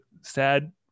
sad